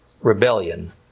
rebellion